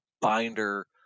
binder